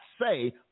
say